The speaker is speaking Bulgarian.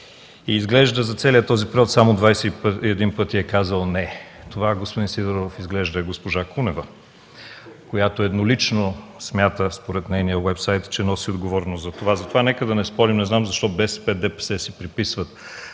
И изглежда за целия този период само 21 пъти е казал „не”. Господин Сидеров, изглежда госпожа Кунева, еднолично смята според нейния уеб сайт, че носи отговорност за това. Затова нека да не спорим. Не знам защо БСП и ДПС си приписват